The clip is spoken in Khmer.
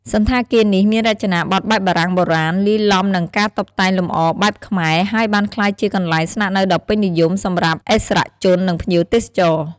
សណ្ឋាគារនេះ មានរចនាបថបែបបារាំងបុរាណ លាយឡំនឹងការតុបតែងលម្អបែបខ្មែរ ហើយបានក្លាយជាកន្លែងស្នាក់នៅដ៏ពេញនិយមសម្រាប់ឥស្សរជន និងភ្ញៀវទេសចរ។